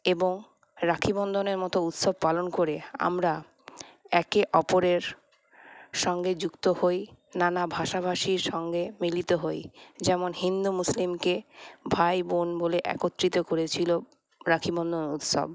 এবং রাখি বন্ধনের মতো উৎসব পালন করে আমরা একে অপরের সঙ্গে যুক্ত হই নানা ভাষাভাষীর সঙ্গে মিলিত হই যেমন হিন্দু মুসলিমকে ভাইবোন বলে একত্রিত করেছিল রাখিবন্ধন উৎসব